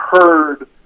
heard